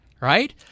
right